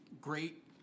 great